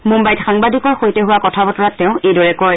মুম্বাইত সাংবাদিক সৈতে হোৱা কথা বতৰাত তেওঁ এইদৰে কয়